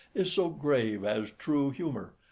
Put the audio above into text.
is so grave as true humour,